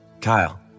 Kyle